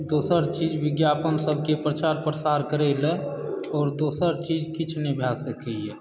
दोसर चीज विज्ञापन सभकेँ प्रचार प्रसार करयलऽ आओर दोसर चीज किछु नहि भए सकयए